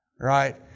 right